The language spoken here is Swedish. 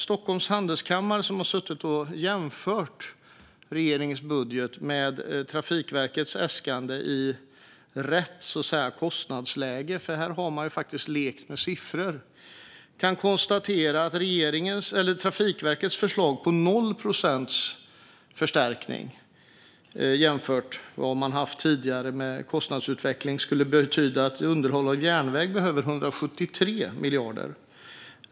Stockholms Handelskammare har suttit och jämfört regeringens budget med Trafikverkets äskande i rätt kostnadsläge - för här har man faktiskt lekt med siffror - och kan konstatera att Trafikverkets förslag på noll procents förstärkning jämfört med vad man har haft tidigare med kostnadsutveckling skulle betyda att underhåll av järnväg behöver 173 miljarder.